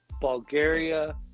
Bulgaria